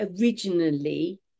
originally